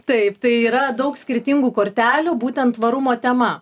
taip tai yra daug skirtingų kortelių būtent tvarumo tema